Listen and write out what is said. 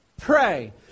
Pray